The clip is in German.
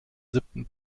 siebten